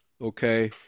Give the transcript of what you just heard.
okay